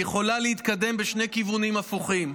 היא יכולה להתקדם בשני כיוונים הפוכים: